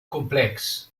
complex